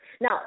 Now